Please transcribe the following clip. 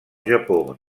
japó